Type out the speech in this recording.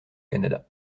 canada